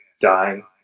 dying